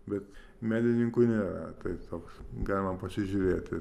bet medininkų nėra tai toks galima pasižiūrėti